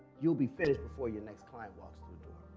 you'll be finished before your next client walks through the door.